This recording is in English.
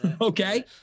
Okay